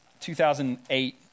2008